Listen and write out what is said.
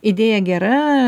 idėja gera